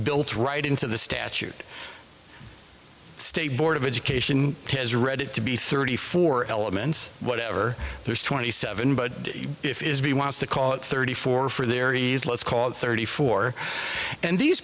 built right into the statute state board of education has read it to be thirty four elements whatever there's twenty seven but if israel wants to call it thirty four for their ease let's call it thirty four and these